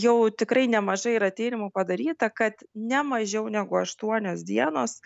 jau tikrai nemažai yra tyrimų padaryta kad ne mažiau negu aštuonios dienos